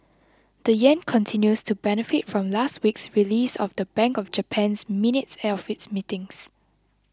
the yen continues to benefit from last week's release of the Bank of Japan's minutes of its meetings